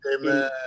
Amen